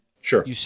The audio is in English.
Sure